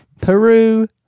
Peru